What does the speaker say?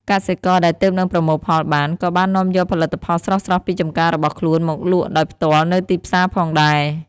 កសិករដែលទើបនឹងប្រមូលផលបាន ក៏បាននាំយកផលិតផលស្រស់ៗពីចម្ការរបស់ខ្លួនមកលក់ដោយផ្ទាល់នៅទីផ្សារផងដែរ។